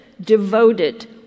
devoted